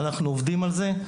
אנחנו עובדים על זה.